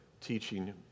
teaching